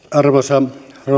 arvoisa rouva